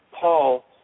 Paul